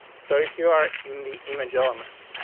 so if you are in the email. german.